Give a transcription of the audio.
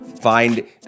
find